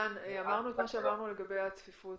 דן, אמרנו את מה שאמרנו לגבי הצפיפות